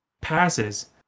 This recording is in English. passes